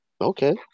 Okay